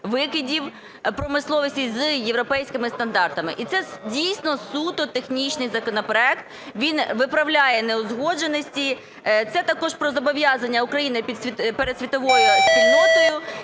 викидів промисловості з європейськими стандартами. І це дійсно суто технічний законопроект, він виправляє неузгодженості. Це також про зобов'язання України перед світовою спільнотою,